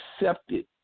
accepted